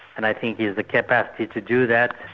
and i think he has the capacity to do that.